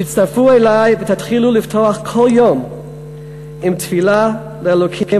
תצטרפו אלי ותתחילו לפתוח כל יום בתפילה לאלוקים,